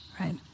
right